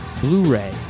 Blu-ray